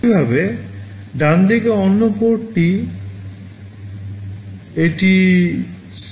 একইভাবে ডানদিকে অন্য PORTটি এটি CN 10